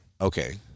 okay